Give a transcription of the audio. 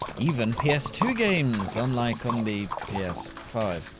even p s two games, unlike on the p s five.